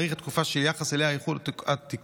להאריך את התקופה שביחס אליה יחול התיקון,